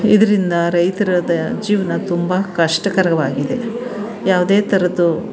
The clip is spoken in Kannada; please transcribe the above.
ಇದರಿಂದ ರೈತ್ರದ್ದು ಜೀವನ ತುಂಬ ಕಷ್ಟಕರವಾಗಿದೆ ಯಾವುದೇ ಥರದ್ದು